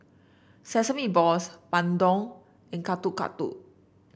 Sesame Balls bandung and Getuk Getuk